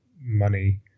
money